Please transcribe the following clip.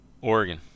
Oregon